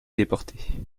déportés